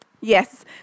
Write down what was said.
Yes